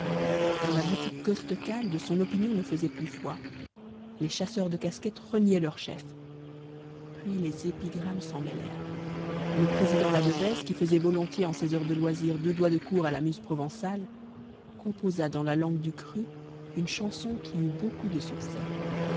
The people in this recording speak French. dans la boutique costecalde son opinion ne faisait plus foi les chasseurs de casquettes reniaient leur chef puis les épigrammes s'en mêlèrent le président ladevèze qui faisait volontiers en ses heures de loisir deux doigts de cour à la muse provençale composa dans la langue du cru une chanson qui eut beaucoup de succès